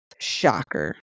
Shocker